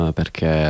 perché